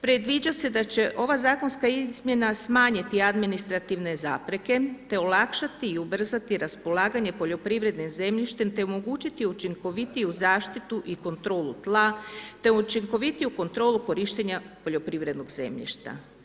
Predviđa se da će ova zakonska izmjena smanjiti administrativne zapreke te olakšati i ubrzati raspolaganje poljoprivrednim zemljištem te omogućiti učinkovitiju zaštitu i kontrolu tla te učinkovitiju kontrolu korištenja poljoprivrednog zemljišta.